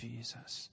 Jesus